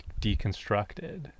deconstructed